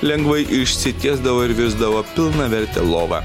lengvai išsitiesdavo ir virsdavo pilnaverte lova